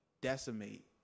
decimate